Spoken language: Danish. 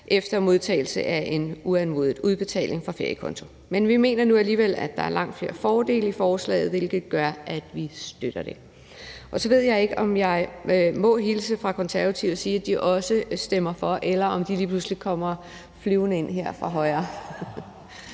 efter modtagelse af en uanmodet udbetaling fra FerieKonto. Men vi mener nu alligevel, at der er langt flere fordele i forslaget, hvilket gør, at vi støtter det. Så ved jeg ikke, om jeg må hilse fra Konservative og sige, at de også stemmer for, eller om de lige pludselig kommer flyvende ind her fra højre.